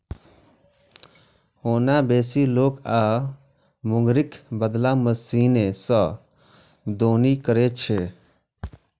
ओना बेसी लोक आब मूंगरीक बदला मशीने सं दौनी करै छै